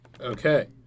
Okay